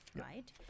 right